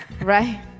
Right